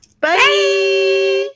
Bye